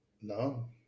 No